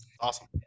Awesome